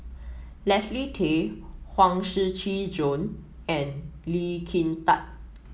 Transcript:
Leslie Tay Huang Shiqi Joan and Lee Kin Tat